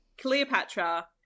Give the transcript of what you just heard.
Cleopatra